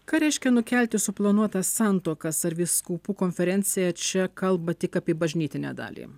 ką reiškia nukelti suplanuotas santuokas ar vyskupų konferencija čia kalba tik apie bažnytinę dalį